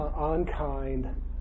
unkind